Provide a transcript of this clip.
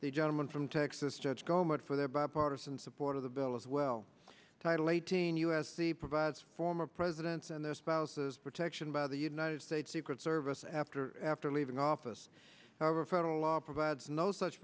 the gentleman from texas judge government for their bipartisan support of the bill as well title eighteen u s c provides former presidents and their spouses protection by the united states secret service after after leaving office however federal law provides no such